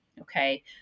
okay